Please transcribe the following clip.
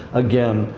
again,